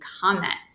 comments